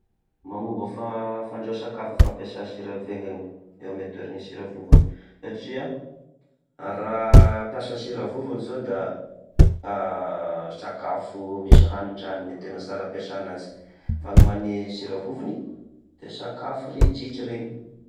Magnova fa- fandrahoa sakafo e fampiasa e sira vaingany, eo ame toeragne sira vovony, satria: raha ampiasa sira vovony zao da, sakafo misy ranondranony e tena sara apesana azy,.fa ny ho an'gne sira vovony: de sakafo ridritry reny.